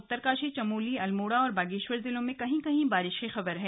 उत्तरकाशी चमोली अल्मोड़ा और बागेश्वर जिलों में कहीं कहीं बारिश की खबर है